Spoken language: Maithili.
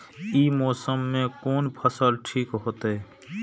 ई मौसम में कोन फसल ठीक होते?